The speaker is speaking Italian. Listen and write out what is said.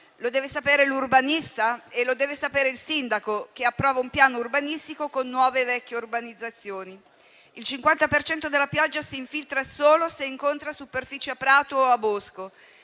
Lo deve sapere l'urbanista e lo deve sapere il sindaco che approva un piano urbanistico con nuove e vecchie urbanizzazioni. Il 50 per cento della pioggia si infiltra solo se incontra superfici a prato o a bosco.